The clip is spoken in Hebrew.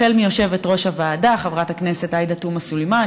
החל ביושבת-ראש הוועדה חברת הכנסת עאידה תומא סלימאן,